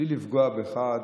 בלי לפגוע בך,